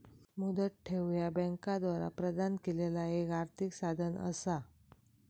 मुदत ठेव ह्या बँकांद्वारा प्रदान केलेला एक आर्थिक साधन असा